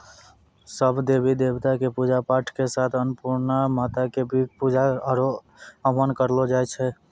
सब देवी देवता कॅ पुजा पाठ के साथे अन्नपुर्णा माता कॅ भी पुजा आरो हवन करलो जाय छै